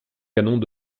canons